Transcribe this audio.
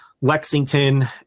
Lexington